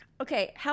Okay